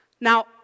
Now